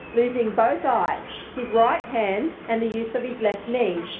losing both eyes, his right hand and the use of his left knee.